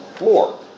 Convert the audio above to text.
more